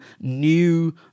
new